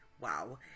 wow